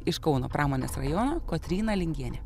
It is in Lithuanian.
iš kauno pramonės rajono kotryna lingienė